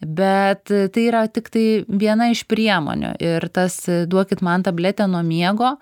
bet tai yra tiktai viena iš priemonių ir tas duokit man tabletę nuo miego